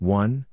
one